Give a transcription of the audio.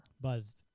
Buzzed